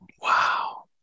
Wow